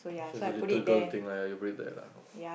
so it's a little girl thing lah you've been there lah